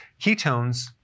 ketones